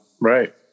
Right